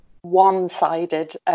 one-sided